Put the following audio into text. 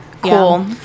Cool